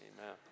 amen